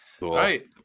right